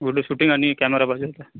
video shooting आणि camera पाहिजे होता